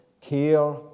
care